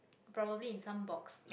probably in some box